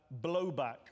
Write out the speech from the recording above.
Blowback